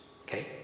Okay